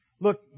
Look